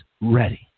ready